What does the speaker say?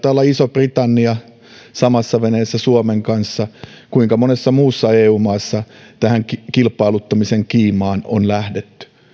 olla iso britannia samassa veneessä suomen kanssa kuinka monessa muussa eu maassa tähän kilpailuttamisen kiimaan on lähdetty